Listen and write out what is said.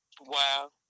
Wow